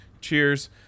Cheers